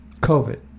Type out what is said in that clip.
COVID